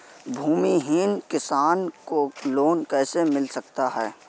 भूमिहीन किसान को लोन कैसे मिल सकता है?